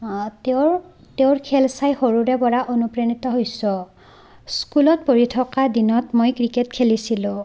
তেওঁৰ তেওঁৰ খেল চাই সৰুৰে পৰা অনুপ্ৰাণিত হৈছোঁ স্কুলত পঢ়ি থকা দিনত মই ক্ৰিকেট খেলিছিলোঁ